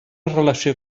relació